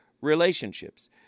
relationships